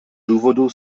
důvodů